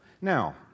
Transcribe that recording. Now